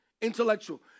Intellectual